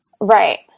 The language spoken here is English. Right